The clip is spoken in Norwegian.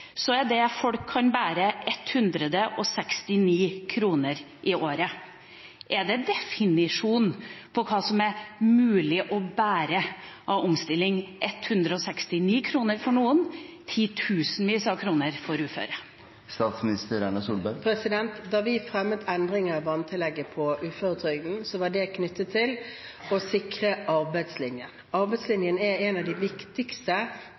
er det folk kan bære, 169 kr i året. Er det definisjonen på hva som er mulig å bære av omstilling – 169 kr for noen, titusenvis av kroner for uføre? Da vi fremmet forslag til endringer i barnetillegget på uføretrygden, var det knyttet til å sikre arbeidslinjen. Arbeidslinjen er et av de viktigste